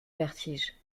vertige